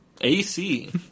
AC